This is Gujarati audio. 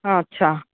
હા અચ્છા